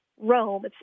Rome